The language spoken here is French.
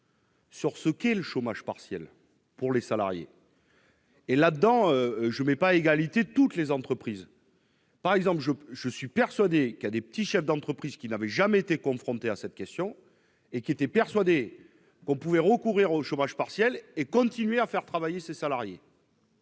sur le recours au chômage partiel pour les salariés. En l'espèce, je ne mets pas à égalité toutes les entreprises : je suis convaincu que certains petits chefs d'entreprise n'avaient jamais été confrontés à cette question et étaient persuadés qu'on pouvait recourir au chômage partiel et continuer à faire travailler ses salariés.